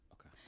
Okay